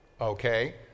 Okay